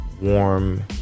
warm